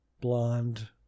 blonde